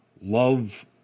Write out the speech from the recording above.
love